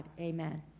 amen